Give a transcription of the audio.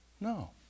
no